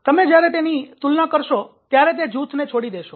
તમે જયારે તેની તુલના કરશો ત્યારે તે જૂથને છોડી દેશો